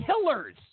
killers